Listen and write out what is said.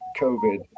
COVID